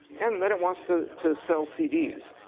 and then it wants to to sell cds.